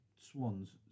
swans